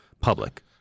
public